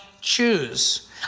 choose